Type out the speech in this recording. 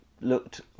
looked